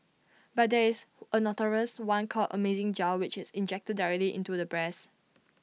but there is A notorious one called amazing gel which is injected directly into the breasts